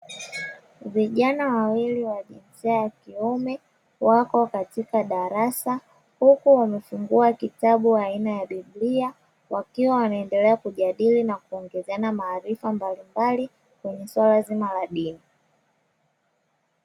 Vijana wawili wa jinsia ya kiume. Wapo katika darasa, huku wamefungua kitabu aina ya biblia, wakiwa wanaendelea kujadili na kuongezeana maarifa mbalimbali kwenye suala zima la dini.